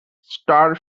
star